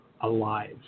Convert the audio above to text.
alive